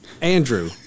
Andrew